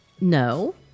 no